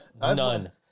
none